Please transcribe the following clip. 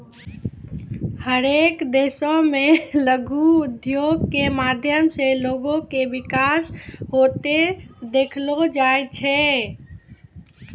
हरेक देशो मे लघु उद्योगो के माध्यम से लोगो के विकास होते देखलो जाय छै